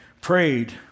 prayed